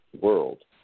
world